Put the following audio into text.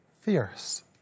fierce